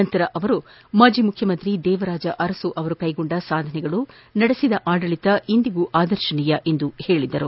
ನಂತರ ಅವರು ಮಾಜಿ ಮುಖ್ಯಮಂತ್ರಿ ದೇವರಾಜ ಅರಸು ಅವರು ಕೈಗೊಂಡ ಸಾಧನೆಗಳು ನಡೆಸಿದ ಆಡಳಿತ ಇಂದಿಗೂ ಆದರ್ಶನೀಯ ಎಂದು ಹೇಳಿದರು